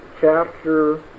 chapter